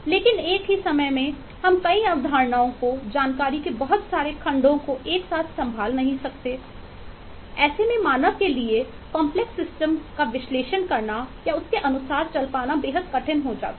लेकिन एक ही समय में हम कई अवधारणाओं को जानकारी के बहुत सारे खंडों को एक साथ संभाल नहीं सकते हैं ऐसे में मानव के लिए कॉम्प्लेक्स सिस्टम का विश्लेषण करना या उसके अनुसार चल पाना बेहद कठिन हो जाता है